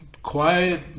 Quiet